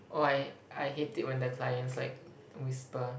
oh I I hate it when the clients like whisper